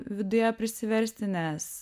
viduje prisiversti nes